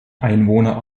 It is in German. einwohner